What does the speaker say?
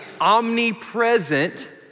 omnipresent